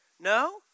No